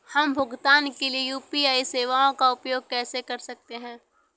हम भुगतान के लिए यू.पी.आई सेवाओं का उपयोग कैसे कर सकते हैं?